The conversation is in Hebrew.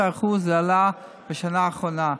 ב-16% זה עלה בשנה האחרונה,